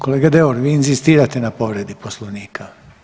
Kolega Deur vi inzistirate na povredi poslovnika?